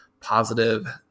positive